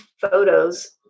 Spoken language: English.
photos